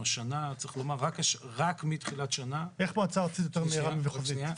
איך מועצה ארצית יותר מהירה ממחוזית?